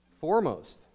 foremost